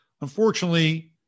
Unfortunately